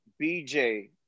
BJ